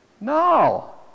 No